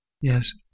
Yes